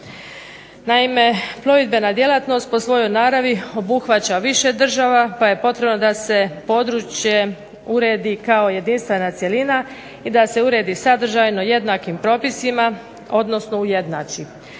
Naime, plovidbena djelatnost po svojoj naravi obuhvaća više država pa je potrebno da se područje uredi kao jedinstvena cjelina i da se uredi sadržajno jednakim propisima, odnosno ujednači.